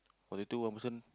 forty two one person